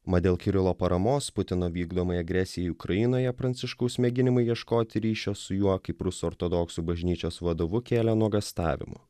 mat dėl kirilo paramos putino vykdomai agresijai ukrainoje pranciškaus mėginimai ieškoti ryšio su juo kaip rusų ortodoksų bažnyčios vadovu kėlė nuogąstavimų